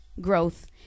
growth